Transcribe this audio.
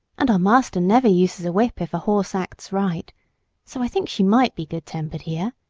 and our master never uses a whip if a horse acts right so i think she might be good-tempered here.